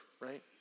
right